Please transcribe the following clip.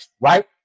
right